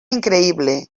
increïble